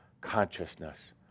consciousness